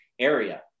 Area